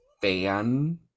fan